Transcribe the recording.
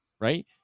right